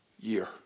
year